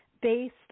based